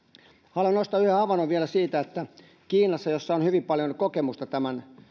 haluan nostaa yhden havainnon vielä kiinasta jossa on hyvin paljon kokemusta tämän